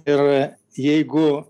ir jeigu